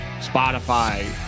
Spotify